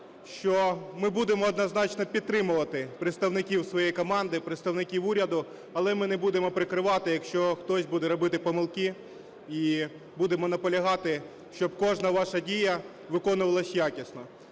що ми будемо однозначно підтримати представників своєї команди, представників уряду, але ми не будемо прикривати, якщо хтось буде робити помилки, і будемо наполягати, щоб кожна ваша дія виконувалася якісно.